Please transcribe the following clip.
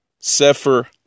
Sefer